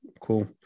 cool